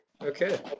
Okay